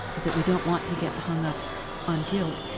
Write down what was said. that we don't want to get hung up on guilt.